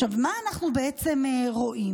עכשיו, מה אנחנו בעצם רואים?